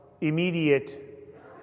immediate